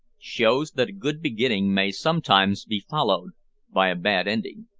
shows that a good beginning may sometimes be followed by a bad ending.